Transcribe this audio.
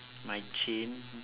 my chain